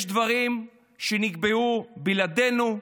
יש דברים שנקבעו בלעדינו,